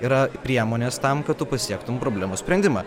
yra priemonės tam kad tu pasiektum problemos sprendimą